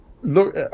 Look